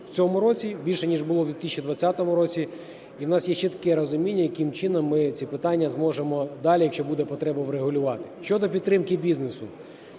у цьому році, більше, ніж було в 2020 році. І в нас є чітке розуміння, яким чином ми ці питання зможемо далі, якщо буде потреба, врегулювати. Щодо підтримки бізнесу.